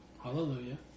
Hallelujah